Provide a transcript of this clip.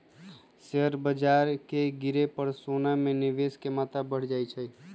share बाजार के गिरे पर सोना में निवेश के मत्रा बढ़ जाइ छइ